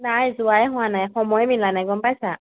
নাই যোৱাই হোৱা নাই সময় মিলা নাই গম পাইছা